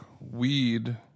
weed